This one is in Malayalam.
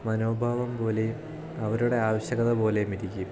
മനോഭാവം പോലെയും അവരുടെ ആവശ്യകത പോലെയുമിരിക്കും